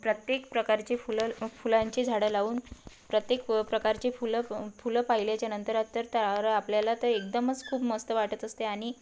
प्रत्येक प्रकारचे फुलं फुलांची झाडं लावून प्रत्येक प्रकारचे फुलं फुलं पाहिल्याच्यानंतर तर तारा आपल्याला तर एकदमच खूप मस्त वाटत असते आणि